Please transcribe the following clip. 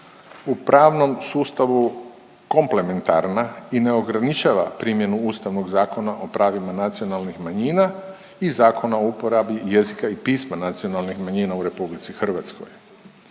u pravom sustavu komplementarna i ne ograničava primjenu Ustavnog zakona o pravima nacionalnih manjina i Zakona o uporabi jezika i pisma nacionalnih manjina u RH.